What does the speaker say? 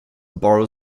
borrow